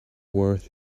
worth